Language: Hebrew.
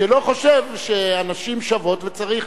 שלא חושב שהנשים שוות וצריך,